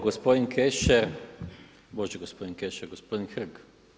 Gospodin Kešer, bože gospodin Kešer, gospodin Hrg.